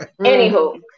Anywho